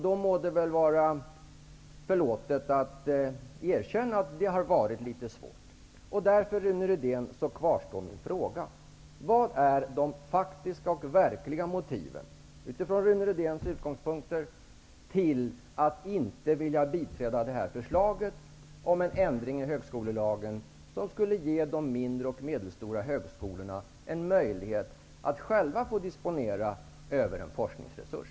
Det må väl då vara förlåtet att erkänna att det har varit litet svårt. Därför kvarstår min fråga, Rune Rydén: Vilka är de faktiska och verkliga motiven, utifrån Rune Rydéns utgångspunkter, till att inte vilja biträda detta förslag om en ändring i högskolelagen, som skulle ge de mindre och medelstora högskolorna en möjlighet att själva disponera över en forskningsresurs?